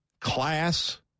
class